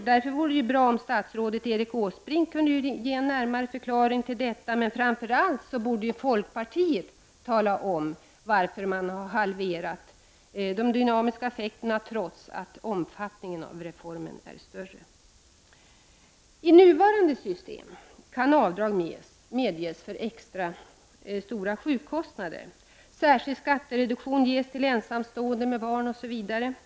Därför vore det bra om statsrådet Erik Åsbrink kunde ge en närmare förklaring till detta. Framför allt borde folkpartiet också tala om varför man har halverat de dynamiska effekterna, trots att reformens omfattning är större. I nuvarande system kan avdrag medges för extra stora sjukkostnader och särskild skattereduktion ges till ensamstående med barn, osv. I skatteutred = Prot.